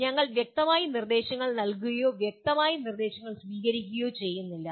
ഞങ്ങൾ വ്യക്തമായി നിർദ്ദേശങ്ങൾ നൽകുകയോ വ്യക്തമായ നിർദ്ദേശങ്ങൾ സ്വീകരിക്കുകയോ ചെയ്യുന്നില്ല